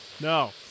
no